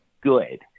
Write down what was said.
good